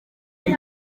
ziri